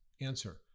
answer